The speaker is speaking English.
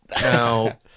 now